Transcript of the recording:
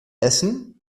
essen